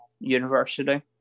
university